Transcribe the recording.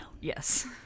yes